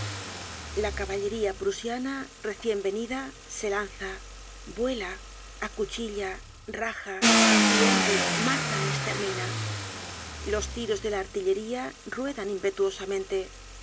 la caballería prusiana recienvenida se lanza vuela acuchilla raja hiende mata estermina los tiros de la artillería ruedan